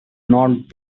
not